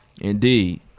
Indeed